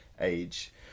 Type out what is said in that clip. age